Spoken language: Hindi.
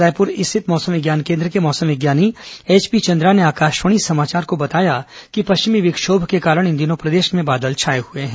रायपुर स्थित मौसम विज्ञान केन्द्र के मौसम विज्ञानी एचपी चंद्रा ने आकाशवाणी समाचार को बताया कि पश्चिमी विक्षोम के कारण इन दिनों प्रदेश में बादल छाए हुए हैं